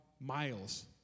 miles